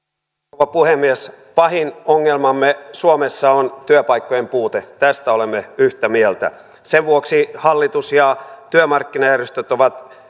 rouva puhemies pahin ongelmamme suomessa on työpaikkojen puute tästä olemme yhtä mieltä sen vuoksi hallitus ja työmarkkinajärjestöt ovat